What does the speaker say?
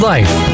Life